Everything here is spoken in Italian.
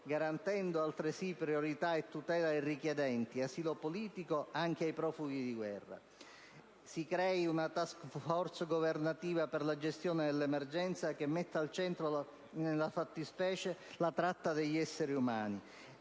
garantendo altresì priorità e tutela ai richiedenti asilo politico e ai profughi di guerra; a creare una *task force* governativa per la gestione dell'emergenza che metta al centro la fattispecie della tratta di esseri umani;